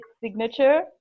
signature